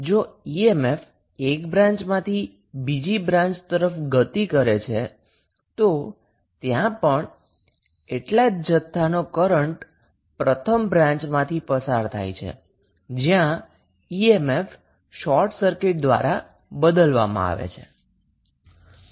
હવે જો emf એક બ્રાન્ચમાંથી બીજી બ્રાન્ચ તરફ ગતિ કરે છે તો પણ ત્યાં એટલા જ જથ્થાનો કરન્ટ પ્રથમ બ્રાંચમાંથી પસાર થાય છે જ્યાં emf શોર્ટ સર્કિટ દ્વારા બદલાવવામાં આવે છે